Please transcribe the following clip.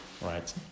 Right